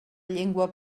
llengua